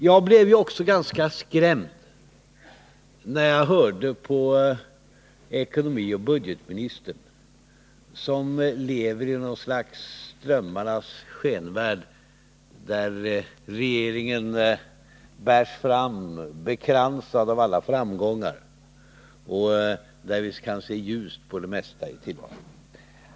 Jag blev ganska skrämd när jag lyssnade till ekonomioch budgetministern, som lever i något slags drömmarnas skenvärld där regeringen bärs fram, bekransad av alla framgångar, och där vi kan se ljust på det mesta i tillvaron.